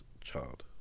child